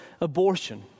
abortion